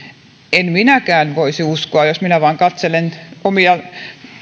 en minäkään voisi uskoa jos minä vain katselen omia